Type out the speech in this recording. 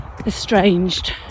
estranged